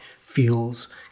feels